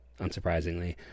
unsurprisingly